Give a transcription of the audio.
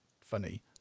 funny